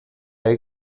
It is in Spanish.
hay